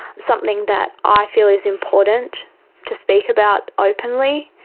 something that i feel is important to speak about openly